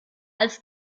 als